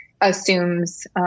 assumes